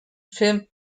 film